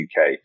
UK